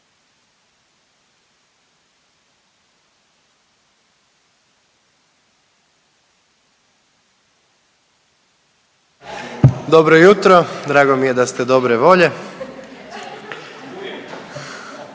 Dobro jutro, drago mi je da ste dobre volje.